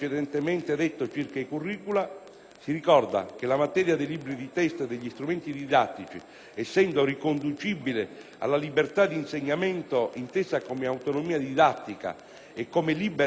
si ricorda che la materia dei libri di testo e degli strumenti didattici, essendo riconducibile alla libertà di insegnamento intesa come autonomia didattica e come libera espressione culturale del docente,